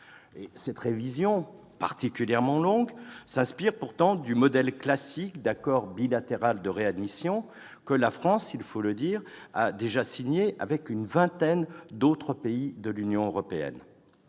Cette révision particulièrement longue s'inspire pourtant du modèle classique de l'accord bilatéral de réadmission- et la France a déjà signé des accords de ce type avec une vingtaine d'autres pays de l'Union européenne.